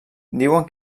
diuen